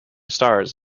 stars